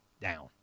down